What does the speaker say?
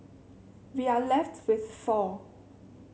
we are left with four